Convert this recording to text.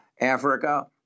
Africa